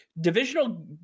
Divisional